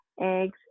eggs